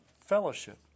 Fellowship